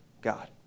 God